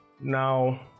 Now